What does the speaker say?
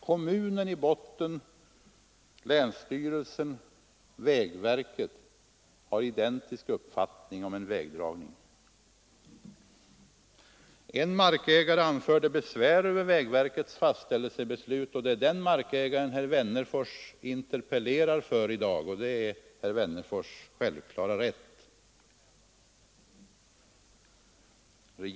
Kommunen, länsstyrelsen och vägverket hade identiskt samma uppfattning om vägens dragning. En markägare anförde då besvär över vägverkets fastställelsebeslut, och det är den markägaren som herr Wennerfors interpellerar för i dag. Det är också herr Wennerfors” självklara rätt att göra det.